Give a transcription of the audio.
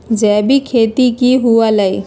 जैविक खेती की हुआ लाई?